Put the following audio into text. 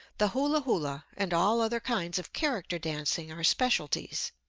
the hula hula and all other kinds of character dancing are specialties.